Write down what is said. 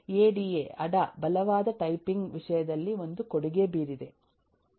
ADA ಬಲವಾದ typing ವಿಷಯದಲ್ಲಿ ಒಂದು ಕೊಡುಗೆ ಬೀರಿದೆ